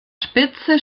spitze